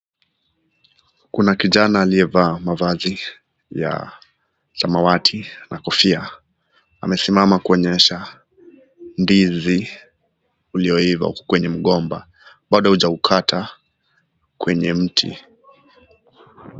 Kuna kijana aliyevaa mavazi ya samawati na kofia. Amesimama kuonyesha ndizi ulioiva uko kwenye mgomba. Bado hajaukata kwenye mti.